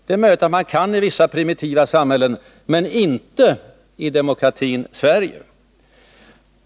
Det är möjligt att man kan göra det i vissa primitiva samhällen, men inte i demokratin Sverige.